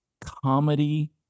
Comedy